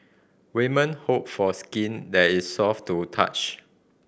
women hope for skin that is soft to touch